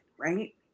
right